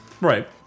Right